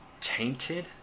tainted